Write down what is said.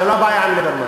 זה לא הבעיה עם ליברמן.